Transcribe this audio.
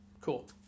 cool